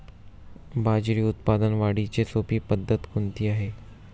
बाजरी उत्पादन वाढीची सोपी पद्धत कोणती आहे?